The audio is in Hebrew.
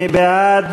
בעד?